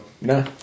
no